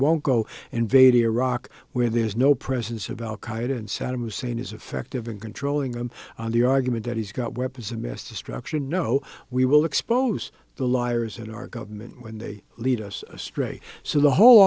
won't go invade iraq where there is no presence of al qaeda and saddam hussein is effective in controlling them on the argument that he's got weapons of mass destruction no we will expose the liars in our government when they lead us astray so the whole